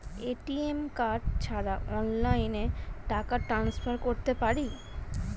ATM card ছাড়া অনলাইনে টাকা টান্সফার করতে পারি?